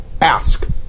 Ask